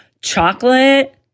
Chocolate